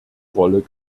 rolle